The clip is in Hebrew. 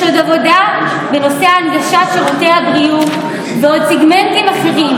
יש עוד עבודה בנושא הנגשת שירותי הבריאות ועוד סגמנטים אחרים,